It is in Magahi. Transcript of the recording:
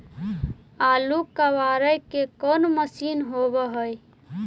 आलू कबाड़े के कोन मशिन होब है?